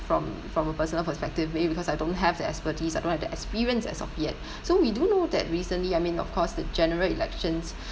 from from a personal perspective maybe because I don't have the expertise I don't have the experience as of yet so we do know that recently I mean of course the general elections